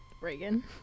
Reagan